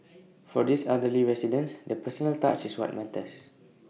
for these elderly residents the personal touch is what matters